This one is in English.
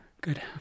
Good